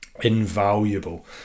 invaluable